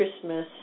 Christmas